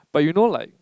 but you know like